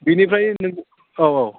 बेनिफ्राय नों औ औ